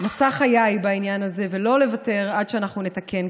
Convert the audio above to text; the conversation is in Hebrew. מסע חיי בעניין הזה, ולא לוותר עד שאנחנו נתקן.